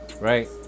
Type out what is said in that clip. right